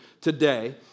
today